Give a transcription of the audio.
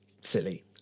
silly